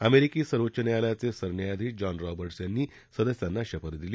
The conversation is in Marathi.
अमेरिकी सर्वोच्च न्यायालयाचे सरन्यायाधीश जॉन रॉबाझे यांनी सदस्यांना शपथ दिली